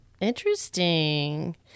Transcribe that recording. Interesting